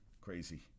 Crazy